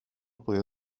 podía